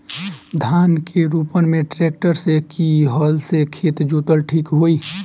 धान के रोपन मे ट्रेक्टर से की हल से खेत जोतल ठीक होई?